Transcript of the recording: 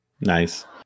Nice